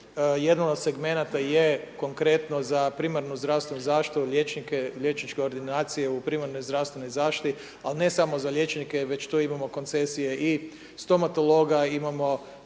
jedan od segmenata je konkretno za primarnu zdravstvenu zaštitu, liječnike, liječničke ordinacije u primarnoj zdravstvenoj zaštiti ali ne samo za liječnike već tu imamo koncesije i stomatologa, imamo